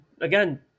again